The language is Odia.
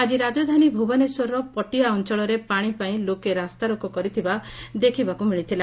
ଆଜି ରାଜଧାନୀ ଭୁବନେଶ୍ୱରର ପଟିଆ ଅଞ୍ଞଳରେ ପାଶି ପାଇଁ ଲୋକେ ରାସ୍ତାରୋକ କରିଥିବା ଦେଖିବାକୁ ମିଳିଥିଲା